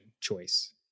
choice